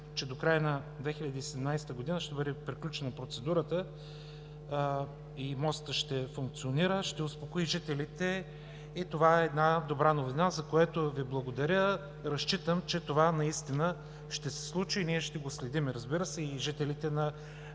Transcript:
– до края на 2017 г. ще бъде приключена процедурата и мостът ще функционира, ще успокои жителите и това е добра новина, за което Ви благодаря. Разчитам, че това наистина ще се случи и ние ще го следим, разбира се, и жителите на